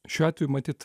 šiuo atveju matyt